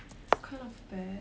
it's kind of bad